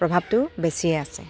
প্ৰভাৱটো বেছিয়ে আছে